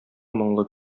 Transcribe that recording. моңлы